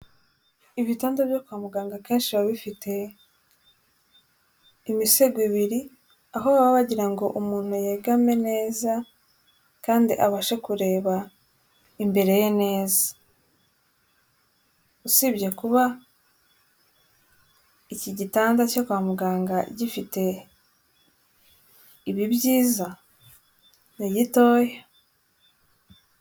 Ibitanda byo kwa muganga akenshi biba bifite imisego ibiri, aho baba bagirango umuntu yegame neza, kandi abashe kureba imbere ye neza, usibye kuba iki gitanda cyo kwa muganga gifite ibi byiza, ni gitoya.